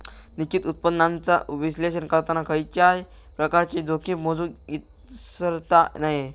निश्चित उत्पन्नाचा विश्लेषण करताना खयच्याय प्रकारची जोखीम मोजुक इसरता नये